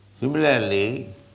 Similarly